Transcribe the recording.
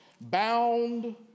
bound